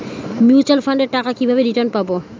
Mutual ফান্ডের টাকা কিভাবে রিটার্ন পাব?